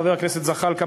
חבר הכנסת זחאלקה,